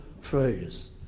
phrase